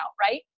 Right